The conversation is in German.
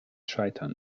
scheitern